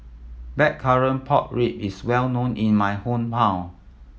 Blackcurrant Pork Ribs is well known in my hometown